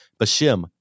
Bashim